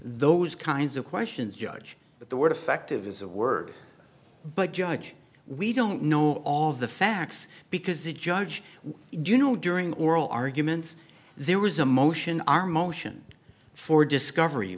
those kinds of questions judge but the word effective is a word but judge we don't know all the facts because the judge do you know during oral arguments there was a motion our motion for discovery